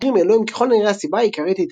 מהגרים אלו הם ככל הנראה הסיבה העיקרית